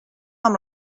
amb